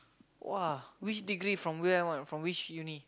!wah! which degree from where [one] from which uni